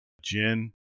gin